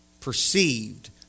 perceived